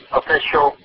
official